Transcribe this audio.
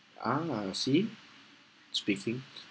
ah see speaking